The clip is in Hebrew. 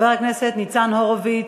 חבר הכנסת ניצן הורוביץ,